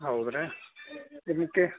ಹೌದಾ ದಿನಕ್ಕೆ